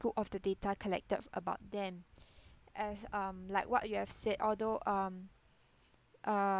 scope of the data collected about them as um like what you have said although um uh